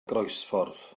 groesffordd